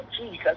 Jesus